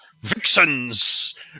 vixens